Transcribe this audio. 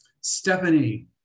stephanie